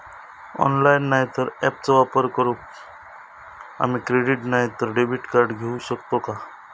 Online नाय तर ऍपचो वापर करून आम्ही क्रेडिट नाय तर डेबिट कार्ड घेऊ शकतो का?